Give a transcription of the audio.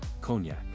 cognac